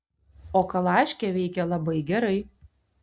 o kalaškė veikia labai gerai